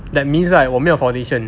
that means right 我没有 foundation